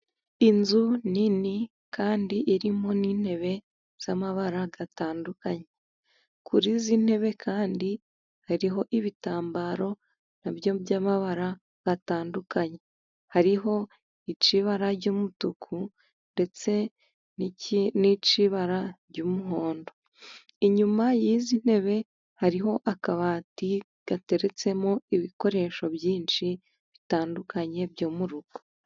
Inzu nini kandi irimo n'intebe z'amabara atandukanye, kuri izi ntebe kandi hariho ibitambaro na byo by'amabara atandukanye, hariho icy'ibara ry'umutuku, ndetse n'icy'ibara ry'umuhondo. Inyuma y'izi ntebe hariho akabati gateretsemo ibikoresho byinshi bitandukanye byo mu rugo.